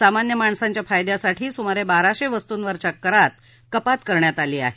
सामान्य माणसांच्या फायद्यासाठी सुमारे बाराशे वस्तूंवरच्या करात कपात करण्यात आली आहे